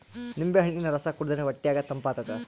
ನಿಂಬೆಹಣ್ಣಿನ ರಸ ಕುಡಿರ್ದೆ ಹೊಟ್ಯಗ ತಂಪಾತತೆ